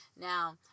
Now